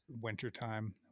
wintertime